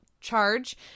charge